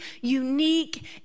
unique